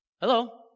Hello